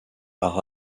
par